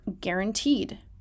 guaranteed